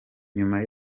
nyuma